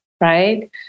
right